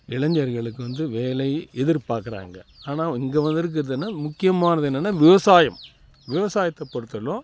இளைஞர்களுக்கு வந்து வேலை எதிர் பார்க்குறாங்க ஆனால் இங்கே வந்து இருக்கிறது என்ன முக்கியமானது என்னனா விவசாயம் விவசாயத்தை பொறுத்தவரைளும்